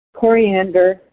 coriander